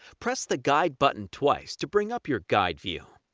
press the guide button twice to bring up your guide view.